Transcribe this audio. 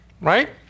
right